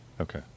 Okay